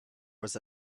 was